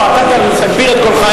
אתה תגביר את קולך,